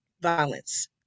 violence